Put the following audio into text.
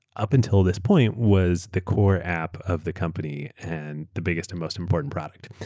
up until this point was the core app of the company and the biggest and most important product.